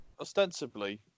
ostensibly